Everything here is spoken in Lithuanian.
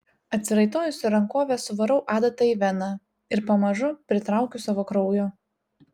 atsiraitojusi rankovę suvarau adatą į veną ir pamažu pritraukiu savo kraujo